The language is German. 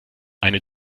eine